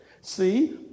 See